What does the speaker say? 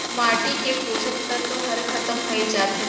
माटी के पोसक तत्व हर खतम होए जाथे